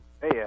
Hey